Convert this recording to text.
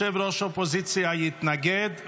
ראש האופוזיציה יתנגד,